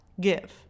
give